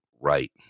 right